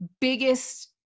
biggest